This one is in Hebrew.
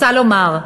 רוצה לומר,